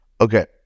Okay